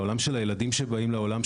לעולם של הילדים שבאים לעולם,